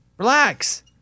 Relax